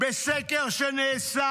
לפי סקר שנעשה,